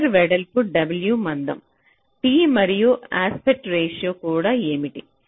wire వెడల్పు w మందం t మరియు యస్పెట్ రేషియో కూడా ఏమిటి